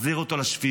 מחזיר אותו לשפיות,